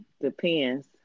depends